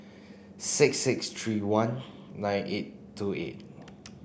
six six three one nine eight two eight